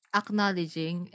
acknowledging